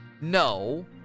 no